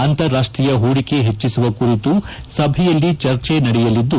ಅಂತಾರಾಷ್ಟೀಯ ಹೂಡಿಕೆ ಹೆಚ್ಚಿಸುವ ಕುರಿತು ಸಭೆಯಲ್ಲಿ ಚರ್ಚೆ ನಡೆಯಲಿದ್ದು